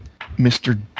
Mr